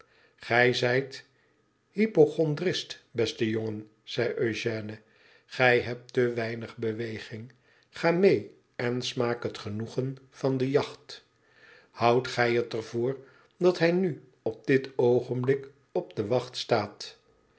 gijzijthypochondrist beste jongen zei eugène gij hebt te weinig beweging ga mee en smaak het genoegen van de jacht houdt gij het er voor dat hij nu op dit oogenblik op de wacht staat